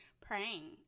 praying